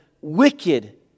wicked